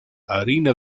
harina